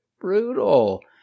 brutal